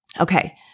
Okay